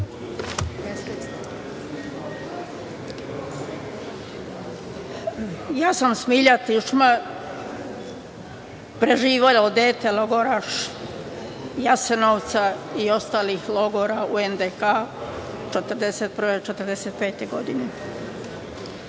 Ja sam Smilja Tišma, preživelo dete, logoraš Jasenovca i ostalih logora u NDH od 1941. do 1945. godine,